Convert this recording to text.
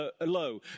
low